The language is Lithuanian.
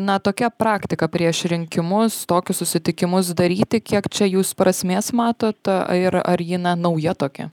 na tokia praktika prieš rinkimus tokius susitikimus daryti kiek čia jūs prasmės matot ir ar ji na nauja tokia